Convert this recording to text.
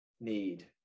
need